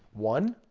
one,